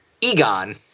Egon